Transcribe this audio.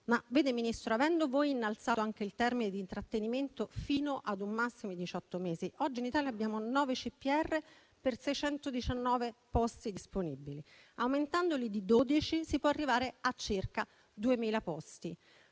di 20 milioni, ma avendo voi innalzato anche il termine di trattenimento fino ad un massimo di diciotto mesi, oggi in Italia abbiamo nove CPR per 619 posti disponibili; aumentandoli di 12 si può arrivare a circa 2.000 posti.